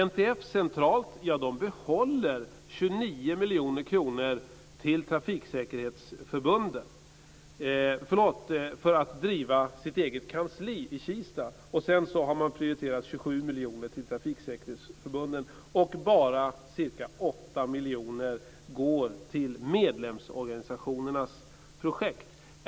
NTF centralt behåller 29 miljoner kronor för att driva sitt eget kansli i Kista. Sedan har man prioriterat 27 miljoner till trafiksäkerhetsförbunden. Bara ca 8 miljoner går till medlemsorganisationernas projekt.